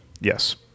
yes